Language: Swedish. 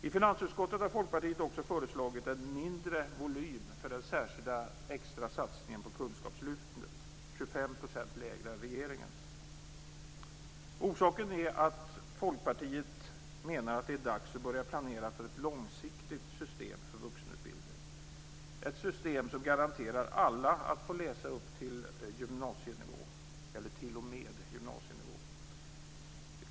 I finansutskottet har Folkpartiet också föreslagit en mindre volym för den särskilda extra satsningen på kunskapslyftet - 25 % lägre än regeringens. Orsaken är att Folkpartiet menar att det är dags att börja planera för ett långsiktigt system för vuxenutbildning, ett system som garanterar alla att få läsa upp t.o.m. gymnasienivå.